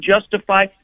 justify